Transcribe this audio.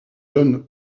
john